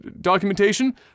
documentation